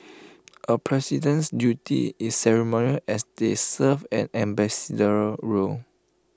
A president's duty is ceremonial as they serve an ambassadorial role